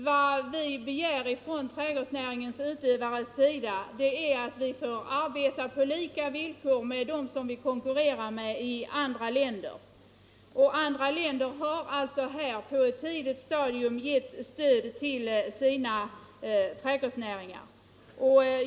Vad vi som är verksamma inom trädgårdsnäringen begär är bara att få arbeta på lika villkor med dem som vi konkurrerar med i andra länder. Andra stater har på ett tidigt stadium givit stöd till sina trädgårdsnäringar.